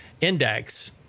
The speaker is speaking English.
index